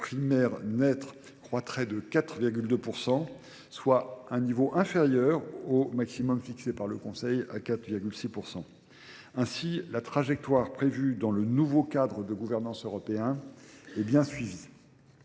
primaire naître croîtrait de 4,2 %, soit un niveau inférieur au maximum fixé par le Conseil à 4,6 %. Ainsi, la trajectoire prévue dans le nouveau cadre de gouvernance européen est bien suivie.